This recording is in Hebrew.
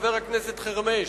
חבר הכנסת חרמש.